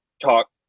talk